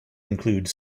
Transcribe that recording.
include